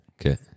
Okay